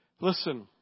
listen